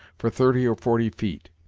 for thirty or forty feet.